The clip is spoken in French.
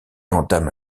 entame